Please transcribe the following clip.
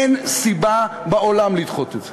אין סיבה בעולם לדחות את זה.